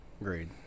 Agreed